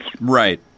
Right